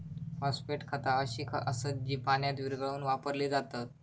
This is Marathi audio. फॉस्फेट खता अशी असत जी पाण्यात विरघळवून वापरली जातत